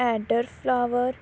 ਐਡਰ flower